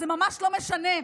זה ממש לא משנה,